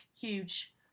huge